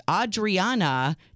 Adriana